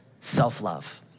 self-love